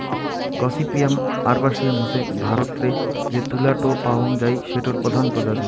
gossypium arboreum হসে ভারতরে যে তুলা টো পাওয়াং যাই সেটোর প্রধান প্রজাতি